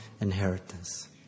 inheritance